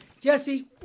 Jesse